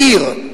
בעיר,